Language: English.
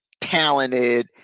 talented